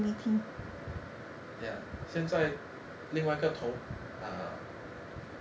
ya 现在另外一个头啊